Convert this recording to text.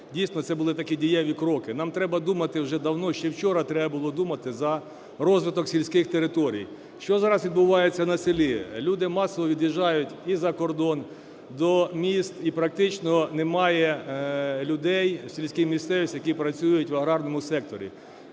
дійсно, це були дієві кроки. Нам треба думати вже давно, ще вчора треба було думати за розвиток сільських територій. Що зараз відбувається на селі? Люди масово від'їжджають і за кордон, до міст, і практично немає людей в сільській місцевості, які працюють в аграрному секторі.